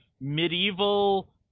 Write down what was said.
medieval